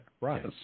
right